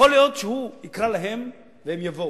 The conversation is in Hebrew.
יכול להיות שהוא יקרא להם והם יבואו.